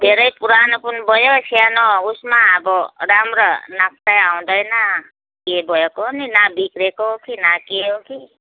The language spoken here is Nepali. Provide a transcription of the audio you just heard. धेरै पुरानो पनि भयो सानो उसमा अब राम्रो नक्सै आउँदैन के भयो कुनि न बिग्रिएको हो कि न के हो कि